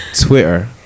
twitter